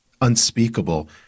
unspeakable